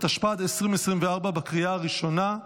התשפ"ד 2024, בקריאה ראשונה.